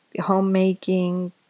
homemaking